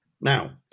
Now